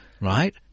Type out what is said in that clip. right